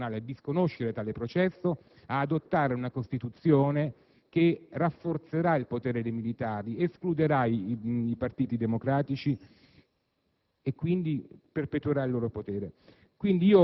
se non vi sarà una responsabilità seria da parte della comunità internazionale per disconoscere tale processo, ad adottare una Costituzione che rafforzerà il potere dei militari, escluderà i partiti democratici